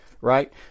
right